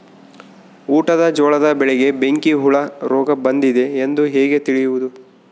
ಊಟದ ಜೋಳದ ಬೆಳೆಗೆ ಬೆಂಕಿ ಹುಳ ರೋಗ ಬಂದಿದೆ ಎಂದು ಹೇಗೆ ತಿಳಿಯುವುದು?